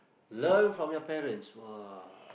learn from your parents !wah!